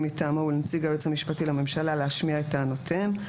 מטעמו ולנציג היועץ המשפטי לממשלה להשמיע את טענותיהם.